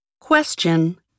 Question